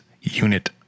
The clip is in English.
unit